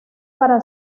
para